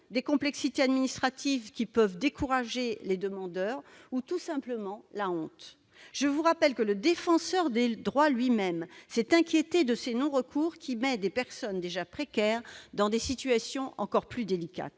des complexités administratives qui peuvent décourager les demandeurs, ou tout simplement la honte. Je vous rappelle que le Défenseur des droits lui-même s'est inquiété de ces non-recours qui placent des personnes déjà précaires dans des situations encore plus délicates.